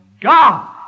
God